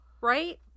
Right